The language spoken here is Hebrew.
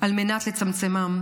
על מנת לצמצמם.